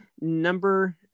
number